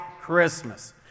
Christmas